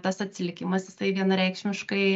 tas atsilikimas jisai vienareikšmiškai